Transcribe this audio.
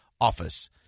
office